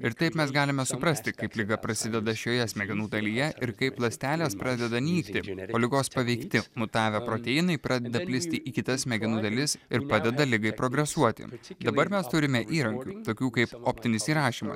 ir taip mes galime suprasti kaip liga prasideda šioje smegenų dalyje ir kaip ląstelės pradeda nykti o ligos paveikti mutavę proteinai pradeda plisti į kitas smegenų dalis ir padeda ligai progresuoti dabar mes turime įrankių tokių kaip optinis įrašymas